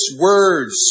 words